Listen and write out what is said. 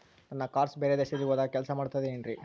ನನ್ನ ಕಾರ್ಡ್ಸ್ ಬೇರೆ ದೇಶದಲ್ಲಿ ಹೋದಾಗ ಕೆಲಸ ಮಾಡುತ್ತದೆ ಏನ್ರಿ?